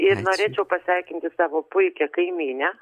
ir norėčiau pasveikinti savo puikią kaimynę